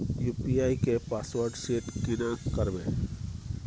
UPI के password set केना करबे?